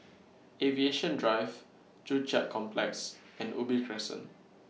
Aviation Drive Joo Chiat Complex and Ubi Crescent